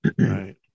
Right